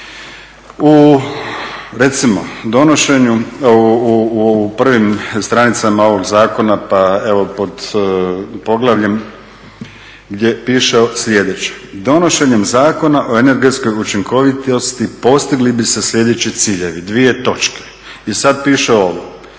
U recimo donošenju, u prvim stranicama ovog zakona, pa evo pod poglavljem gdje piše sljedeće donošenjem Zakona o energetskoj učinkovitosti postigli bi se sljedeći ciljevi dvije točke i sad piše ovo.